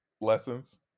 lessons